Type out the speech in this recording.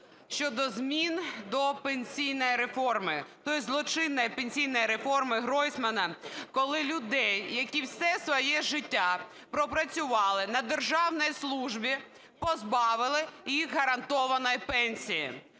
щодо змін до пенсійної реформи, тої злочинної пенсійної реформи Гройсмана, коли людей, які все своє життя пропрацювали на державній службі, позбавили їх гарантованої пенсії.